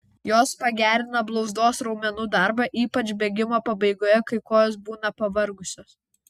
jos pagerina blauzdos raumenų darbą ypač bėgimo pabaigoje kai kojos būna pavargusios